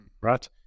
right